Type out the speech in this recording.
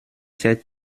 sept